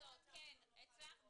חשד --- הצלחת